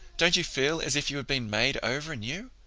don't you feel as if you had been made over new?